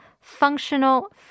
functional